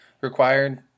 required